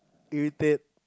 irritate